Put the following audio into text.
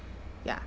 ya